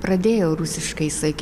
pradėjo rusiškai sakyti